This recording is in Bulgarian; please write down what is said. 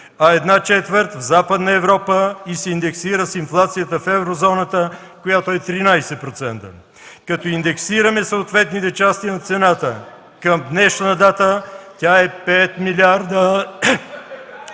а една четвърт – в Западна Европа и се индексира с инфлацията в Еврозоната, която е 13%. Като индексираме съответните части от цената към днешна дата – тя е 5 млрд.